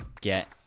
get